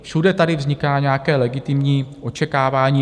Všude tady vzniká nějaké legitimní očekávání.